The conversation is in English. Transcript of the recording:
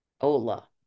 Ola